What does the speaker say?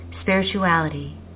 spirituality